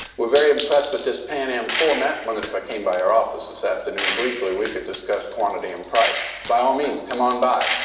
we're very impressed with this pan am format. wondered if i came by your office this afternoon briefly, we could discuss quantity and price. by all means, come on by.